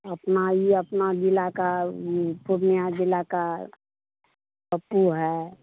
अपना ई अपना ज़िले का ऊ पूर्णिया ज़िले का पप्पू है